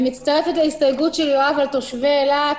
אני מצטרפת להסתייגות של יואב על תושבי אילת.